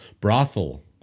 Brothel